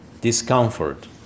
discomfort